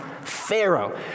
Pharaoh